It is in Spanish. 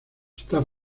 está